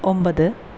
ഒമ്പത്